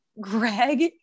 Greg